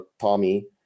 tommy